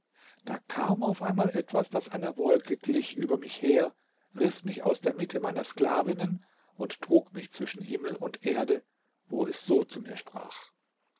da kam auf einmal etwas das einer wolke glich über mich her riß mich aus der mitte meiner sklavinnen und trug mich zwischen himmel und erde wo es so zu mir sprach